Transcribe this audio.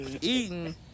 eating